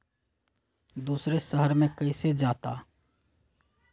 दूसरे शहर मे कैसे जाता?